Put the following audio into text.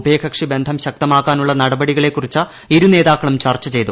ഉഭയകക്ഷി ബന്ധം ശക്തമാക്കാനുള്ള നടപടികളെക്കുറിച്ച് ഇരു നേതാക്കളും ചർച്ച ചെയ്തു